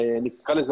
נקרא לזה,